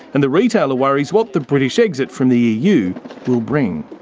and the retailer worries what the british exit from the eu will bring.